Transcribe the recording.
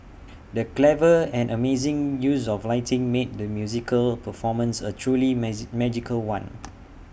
the clever and amazing use of lighting made the musical performance A truly magic magical one